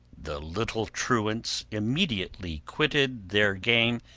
the little truants immediately quitted their game,